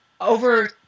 Over